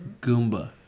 Goomba